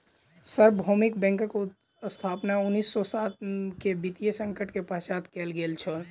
सार्वभौमिक बैंकक स्थापना उन्नीस सौ सात के वित्तीय संकट के पश्चात कयल गेल छल